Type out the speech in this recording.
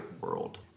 world